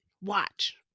watch